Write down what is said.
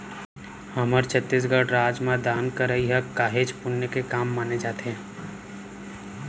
हमर छत्तीसगढ़ राज म दान करई ह काहेच पुन्य के काम माने जाथे